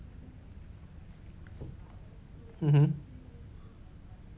mmhmm